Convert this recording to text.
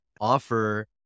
offer